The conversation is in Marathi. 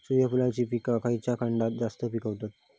सूर्यफूलाचा पीक खयच्या खंडात जास्त पिकवतत?